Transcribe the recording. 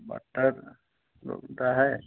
butter बनता है